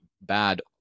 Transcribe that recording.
bad